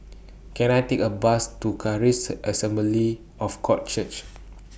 Can I Take A Bus to Charis Assembly of God Church